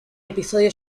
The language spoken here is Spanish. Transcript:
episodio